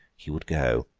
he would go.